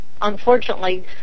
unfortunately